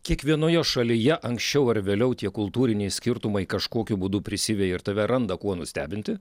kiekvienoje šalyje anksčiau ar vėliau tie kultūriniai skirtumai kažkokiu būdu prisiveja ir tave randa kuo nustebinti